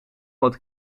wat